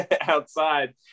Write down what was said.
outside